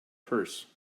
purse